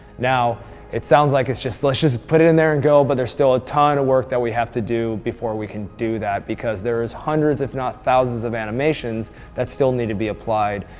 now it sounds like it's just let's just put it in there and go! but there's still a ton of work that we have to do before we can do that because there's hundreds, if not thousands, of animations that still need to be applied,